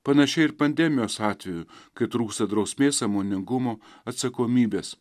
panašiai ir pandemijos atveju kai trūksta drausmės sąmoningumo atsakomybės